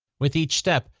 with each step,